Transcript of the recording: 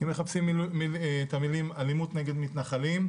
אם מחפשים את המילים "אלימות נגד מתנחלים",